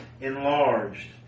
enlarged